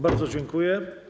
Bardzo dziękuję.